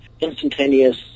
instantaneous